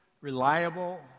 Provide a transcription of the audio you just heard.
reliable